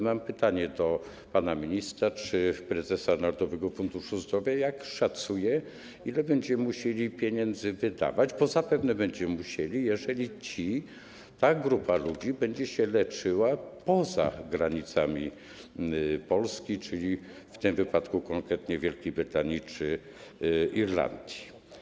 Mam pytanie do pana ministra czy prezesa Narodowego Funduszu Zdrowia, jak szacują, ile będziemy musieli wydać pieniędzy, bo zapewne będziemy musieli, jeżeli ta grupa ludzi będzie leczyła się poza granicami Polski, czyli w tym przypadku konkretnie w Wielkiej Brytanii czy Irlandii.